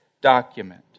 document